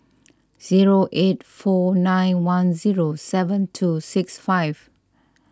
zero eight four nine one zero seven two six five